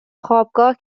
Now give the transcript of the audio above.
خوابگاه